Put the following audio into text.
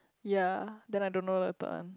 yea then I don't know the third one